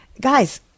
Guys